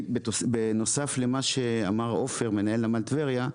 בנוסף למה שאמר עופר, מנהל נמל טבריה,